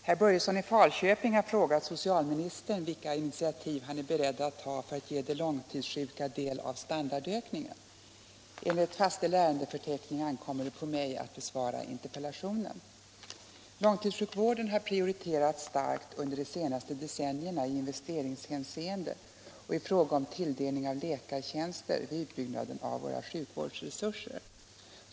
Herr talman! Herr Börjesson i Falköping har frågat socialministern vilka initiativ han är beredd att ta för att ge de långtidssjuka del av standardökningen. Enligt fastställd ärendefördelning ankommer det på mig att besvara interpellationen. Långtidssjukvården har prioriterats starkt under de senaste decennierna i investeringshänseende och i fråga om tilldelning av läkartjänster vid utbyggnaden av våra sjukvårdsresurser.